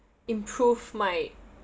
improve my